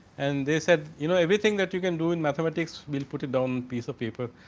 and this had you know everything that you can do and mathematics will put it down piece of paper.